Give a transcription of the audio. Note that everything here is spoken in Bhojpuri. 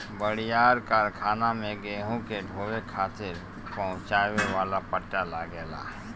बड़ियार कारखाना में गेहूं के ढोवे खातिर पहुंचावे वाला पट्टा लगेला